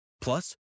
Plus